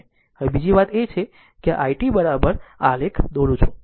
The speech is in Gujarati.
હવે બીજી વાત એ છે કે it આલેખ દોરું છું